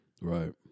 Right